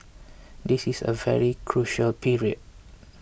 this is a very crucial period